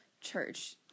Church